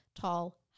tall